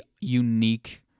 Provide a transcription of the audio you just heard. unique